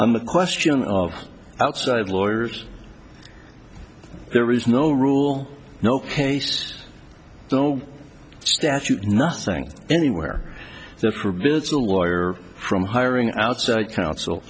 i'm a question of outside lawyers there is no rule no case no statute nothing anywhere that her business the lawyer from hiring outside counsel